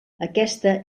aquesta